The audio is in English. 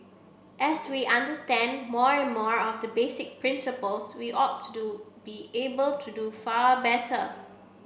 as we understand more and more of the basic principles we ought to do be able to do far better